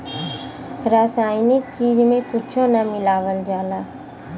रासायनिक चीज में कुच्छो ना मिलावल जाला